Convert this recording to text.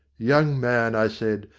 young man, i said,